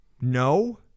No